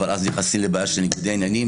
אבל נכנסים לבעיה של ניגודי עניינים.